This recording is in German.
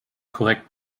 korrekt